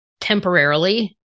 temporarily